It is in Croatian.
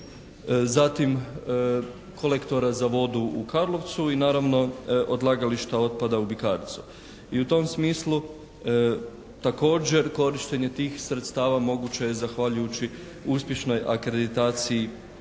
Zatim kolektora za vodu u Karlovcu i odlagališta otpada u Bikarcu. I u tom smislu također korištenje tih sredstava moguće je zahvaljujući uspješnoj akreditaciji